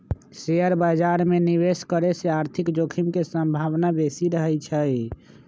share बाजार में निवेश करे से आर्थिक जोखिम के संभावना बेशि रहइ छै